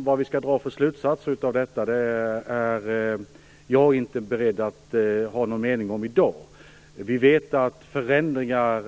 Vad vi skall dra för slutsatser är jag inte beredd att ha någon mening om i dag. Vi vet att förändringar